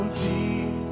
deep